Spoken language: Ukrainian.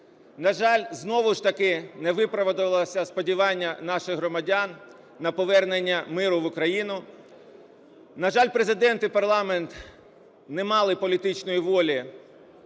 На жаль, знову ж таки не виправдалися сподівання наших громадян на повернення миру в Україну. На жаль, Президент і парламент не мали політичної волі